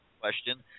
question